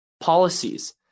policies